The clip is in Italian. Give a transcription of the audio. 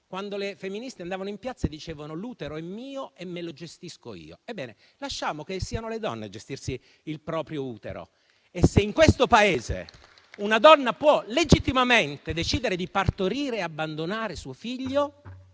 quando le femministe andavano in piazza e dicevano: «L'utero è mio e me lo gestisco io». Ebbene, lasciamo che siano le donne a gestirsi il proprio utero. Se in questo Paese una donna può legittimamente decidere di partorire e abbandonare suo figlio